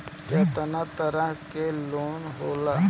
केतना तरह के लोन होला?